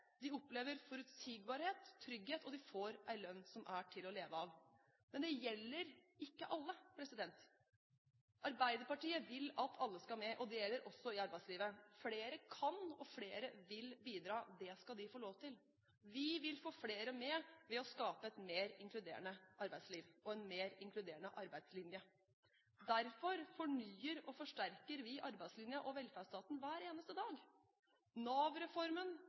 opplever forutsigbarhet, trygghet, og vi får en lønn som er til å leve av. Men det gjelder ikke alle. Arbeiderpartiet vil at alle skal med. Det gjelder også i arbeidslivet. Flere kan, og flere vil bidra. Det skal de få lov til. Vi vil få flere med ved å skape et mer inkluderende arbeidsliv og en mer inkluderende arbeidslinje. Derfor fornyer og forsterker vi arbeidslinjen og velferdsstaten hver eneste dag